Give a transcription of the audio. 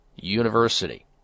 University